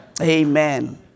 Amen